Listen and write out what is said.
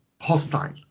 hostile